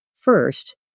first